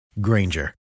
Granger